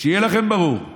שיהיה לכם ברור,